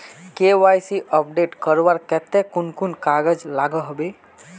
KYC update करवार केते कुन कुन कागज लागोहो होबे?